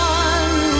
one